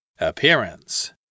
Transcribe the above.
Appearance